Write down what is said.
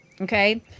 okay